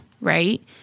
Right